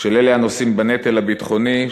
של אלה הנושאים בנטל הביטחוני,